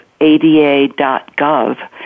ada.gov